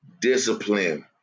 discipline